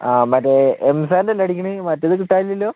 ആ മറ്റേ എം സാൻഡല്ലേ അടിക്കണത് മറ്റേത് കിട്ടാനില്ലലോ